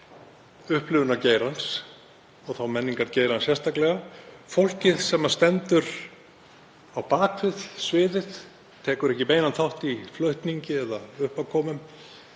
upplifunargeirans, þá menningargeirans sérstaklega, fólkið sem stendur á bak við sviðið, tekur ekki beinan þátt í flutningi eða uppákomum.